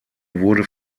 wurde